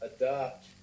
adopt